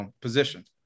position